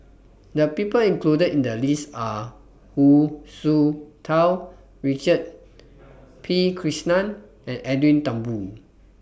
The People included in The list Are Hu Tsu Tau Richard P Krishnan and Edwin Thumboo